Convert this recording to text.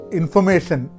information